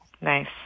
nice